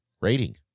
rating